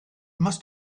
must